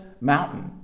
mountain